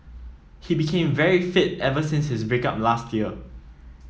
he became very fit ever since his break up last year